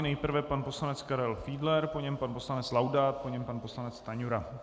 Nejprve pan poslanec Karel Fiedler, po něm pan poslanec Laudát, po něm pan poslanec Stanjura.